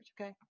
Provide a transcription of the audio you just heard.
Okay